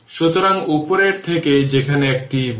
সুতরাং এই ফর্মুলাটি জানুন যে idt v 0 এর v 1c 0 থেকে 2 ∫